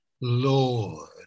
Lord